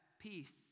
peace